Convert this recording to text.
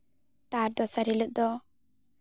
ᱛᱟᱨ ᱫᱚᱥᱟᱨ ᱦᱤᱞᱳᱜ ᱫᱚ